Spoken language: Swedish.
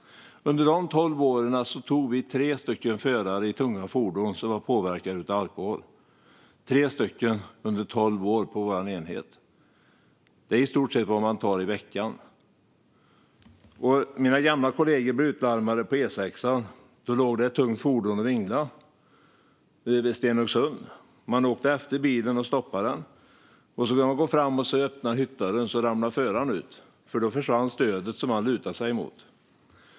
Under dessa tolv år tog vi tre förare i tunga fordon som var påverkade av alkohol. Det är i stort sett vad man tar i veckan nu. Mina gamla kollegor blev utlarmade på E6 vid Stenungsund där ett tungt fordon ringlade fram på vägen. De åkte efter bilen och stoppade den, och när de öppnade hyttdörren ramlade föraren ut eftersom stödet han lutade sig mot försvann.